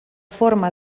forma